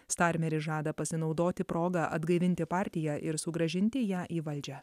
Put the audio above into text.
starmeris žada pasinaudoti proga atgaivinti partiją ir sugrąžinti ją į valdžią